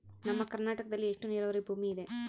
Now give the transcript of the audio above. ನಮ್ಮ ಕರ್ನಾಟಕದಲ್ಲಿ ಎಷ್ಟು ನೇರಾವರಿ ಭೂಮಿ ಇದೆ?